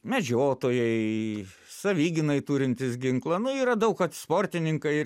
medžiotojai savigynai turintys ginklą nu yra daug kad sportininkai ir